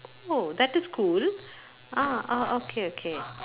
oh that is cool ah ah okay okay